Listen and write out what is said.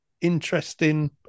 interesting